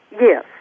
Yes